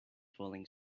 falling